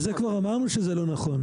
אבל זה כבר אמרנו שזה לא נכון.